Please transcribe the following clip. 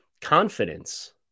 confidence